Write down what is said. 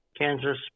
Kansas